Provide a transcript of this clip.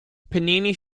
panini